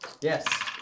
Yes